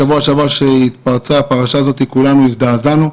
בשבוע שעבר כשהתפרצה הפרשה כולנו הזדעזענו,